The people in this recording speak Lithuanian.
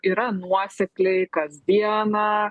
yra nuosekliai kasdieną